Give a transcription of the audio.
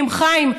חיים,